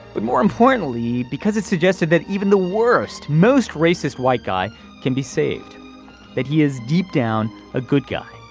but more importantly because it suggested that even the worst most racist white guy can be saved but he is deep down a good guy